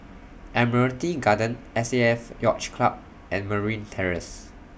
Admiralty Garden S A F Yacht Club and Merryn Terrace